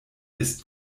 ist